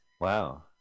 Wow